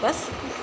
बस